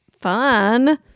Fun